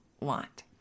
want